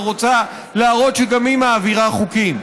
שרוצה להראות שגם היא מעבירה חוקים.